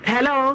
Hello